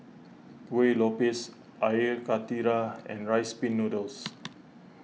Kuih Lopes Air Karthira and Rice Pin Noodles